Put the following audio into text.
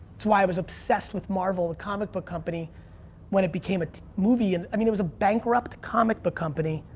that's why i was obsessed with marvel, the comic book company when it became a movie. and i mean, it was a bankrupt comic book company.